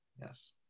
yes